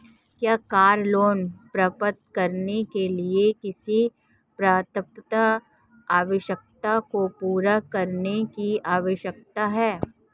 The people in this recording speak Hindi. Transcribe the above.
क्या कार लोंन प्राप्त करने के लिए किसी पात्रता आवश्यकता को पूरा करने की आवश्यकता है?